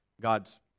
God's